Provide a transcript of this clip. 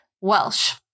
Welsh